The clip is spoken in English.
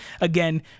Again